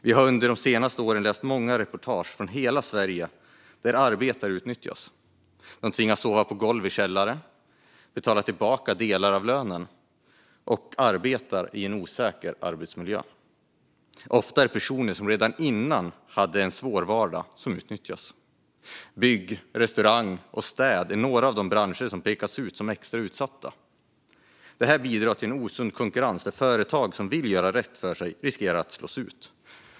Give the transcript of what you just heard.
Vi har under de senaste åren läst många reportage från hela Sverige om hur arbetare utnyttjas. De tvingas sova på golvet i källaren, betala tillbaka delar av lönen och arbeta i en osäker arbetsmiljö. Ofta är det personer som redan innan hade en svår vardag som utnyttjas. Bygg, restaurang och städ är några av de branscher som pekas ut som extra utsatta. Det här bidrar till en osund konkurrens där företag som vill göra rätt för sig riskerar att slås ut.